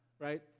Right